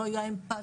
לא היו אמפתיים,